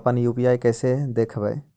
अपन यु.पी.आई कैसे देखबै?